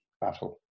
battle